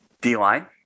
D-line